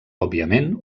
òbviament